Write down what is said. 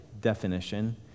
definition